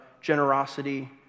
generosity